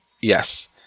Yes